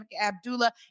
Abdullah